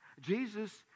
Jesus